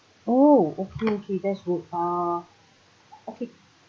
oh okay okay that's good okay